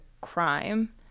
crime